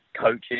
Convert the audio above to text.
coaches